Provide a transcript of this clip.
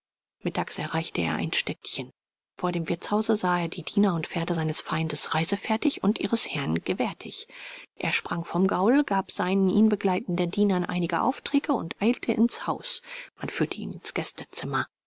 mittags erreichte er ein städtchen vor dem wirtshause sah er die diener und pferde seines feindes reisefertig und ihres herrn gewärtig er sprang vom gaul gab seinen ihn begleitenden dienern einige aufträge und eilte ins haus man führte ihn ins gastzimmer